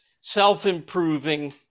self-improving